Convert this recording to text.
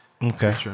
Okay